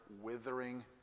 withering